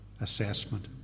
assessment